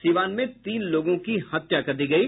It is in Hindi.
सीवान में तीन लोगों की हत्या कर दी गयी